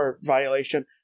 violation